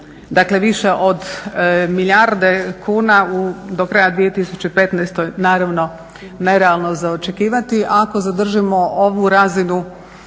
dakle više od milijarde kuna do kraja 2015. naravno nerealno za očekivati. Ako zadržimo ovu razinu